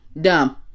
Dumb